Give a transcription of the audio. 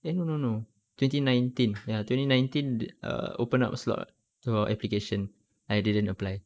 eh no no no twenty nineteen ya twenty nineteen th~ err open up a slot for application I didn't apply